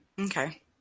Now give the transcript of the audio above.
Okay